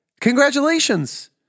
Congratulations